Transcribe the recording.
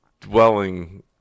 dwelling